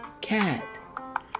Cat